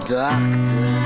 doctor